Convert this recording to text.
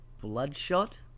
bloodshot